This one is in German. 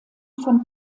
von